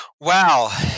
Wow